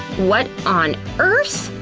what on earth?